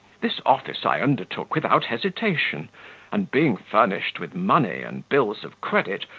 this office i undertook without hesitation and being furnished with money and bills of credit,